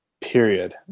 Period